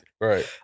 right